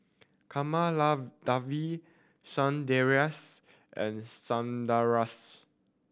Kamaladevi Sundaresh and Sundaraiah